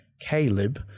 Caleb